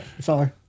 Sorry